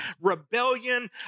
rebellion